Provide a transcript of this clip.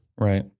Right